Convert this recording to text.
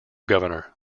governor